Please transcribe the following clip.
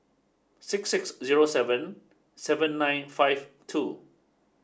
six six zero seven seven nine five two